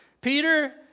Peter